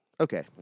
Okay